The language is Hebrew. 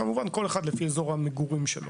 כמובן שכל אחד לפי אזור המגורים שלו.